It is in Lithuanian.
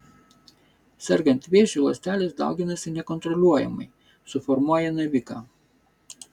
sergant vėžiu ląstelės dauginasi nekontroliuojamai suformuoja naviką